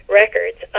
records